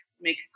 make